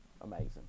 amazing